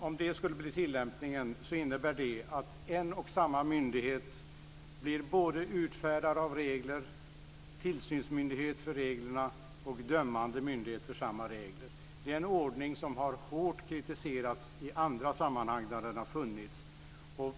Om det skulle bli tillämpningen, innebär det att en och samma myndighet blir både utfärdare av regler, tillsynsmyndighet för reglerna och dömande myndighet för samma regler. Det är en ordning som har hårt kritiserats i andra sammanhang där den har funnits.